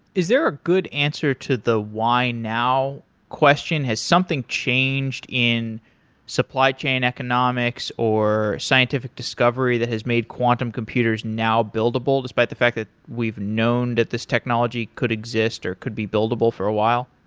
is there a good answer to the why now question? has something changed in supply chain economics or scientific discovery that has made quantum computers now buildable despite the fact that we've known that this technology could exist or could be buildable for a while?